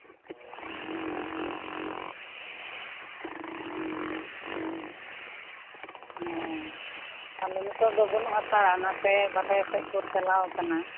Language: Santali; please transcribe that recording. ᱚ ᱛᱟᱦᱞᱮ ᱱᱤᱛᱳᱜ ᱫᱚ ᱵᱟᱹᱱᱩᱜ ᱦᱟᱛᱟᱲᱟ ᱚᱱᱟᱛᱮ ᱵᱟᱨᱦᱮ ᱥᱮᱫ ᱠᱚ ᱪᱟᱞᱟᱣ ᱠᱟᱱᱟ